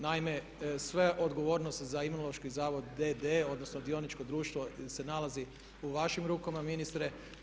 Naime, sve odgovornosti za imunološki zavod d.d., odnosno dioničko društvo se nalazi u vašim rukama ministre.